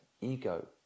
ego